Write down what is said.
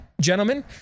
gentlemen